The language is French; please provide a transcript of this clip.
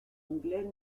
anglais